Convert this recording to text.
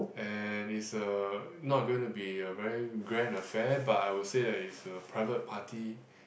and it's a not going to be a very grand affair but I would say that it's a private party